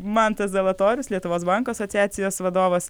mantas zalatorius lietuvos bankų asociacijos vadovas